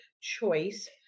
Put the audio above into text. choice